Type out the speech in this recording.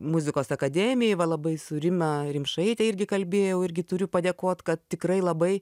muzikos akademijoj va labai su rima rimšaite irgi kalbėjau irgi turiu padėkot kad tikrai labai